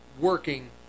working